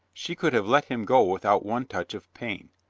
she could have let him go without one touch of pain.